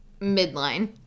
midline